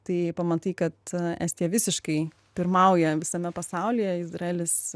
tai pamatai kad estija visiškai pirmauja visame pasaulyje izraelis